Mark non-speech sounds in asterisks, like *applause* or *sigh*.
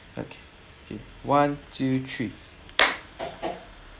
okay okay one two three *noise*